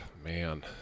Man